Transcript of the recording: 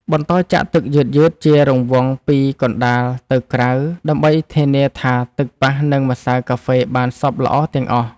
បន្តចាក់ទឹកយឺតៗជារង្វង់ពីកណ្ដាលទៅក្រៅ ដើម្បីធានាថាទឹកប៉ះនឹងម្សៅកាហ្វេបានសព្វល្អទាំងអស់។